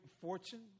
fortune